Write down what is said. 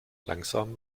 langsam